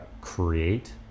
create